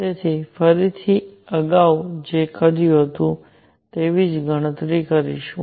તેથી ફરીથી આપણે અગાઉ જે કર્યું હતું તે જેવી ગણતરી કરીશું